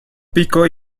pico